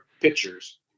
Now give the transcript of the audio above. pictures